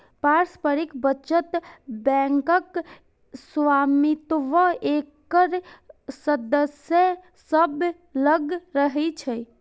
पारस्परिक बचत बैंकक स्वामित्व एकर सदस्य सभ लग रहै छै